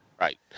Right